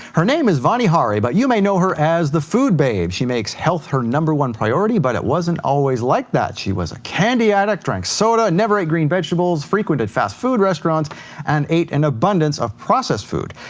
her name is vani hari, but you may know her as the food babe. she makes health her number one priority, but it wasn't always like that. she was a candy addict, drank soda, and never ate green vegetables, frequented fast food restaurants and ate an abundance of processed food.